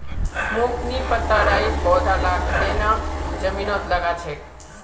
मोक नी पता राइर पौधा लाक केन न जमीनत लगा छेक